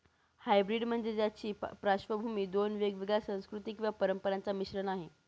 hybrid म्हणजे ज्याची पार्श्वभूमी दोन वेगवेगळ्या संस्कृती किंवा परंपरांचा मिश्रण आहे